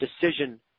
decision